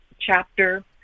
chapter